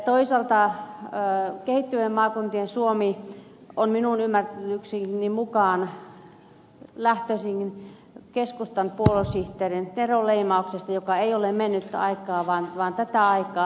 toisaalta kehittyvien maakuntien suomi on minun ymmärrykseni mukaan lähtöisin keskustan puoluesihteerin neronleimauksesta joka ei ole mennyttä aikaa vaan tätä aikaa